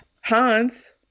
Hans